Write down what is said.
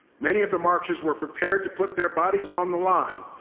many of the marchers were prepared to put their bodies on the line,